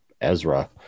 Ezra